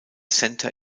center